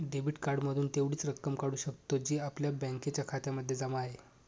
debit card मधून तेवढीच रक्कम काढू शकतो, जी आपल्या बँकेच्या खात्यामध्ये जमा आहे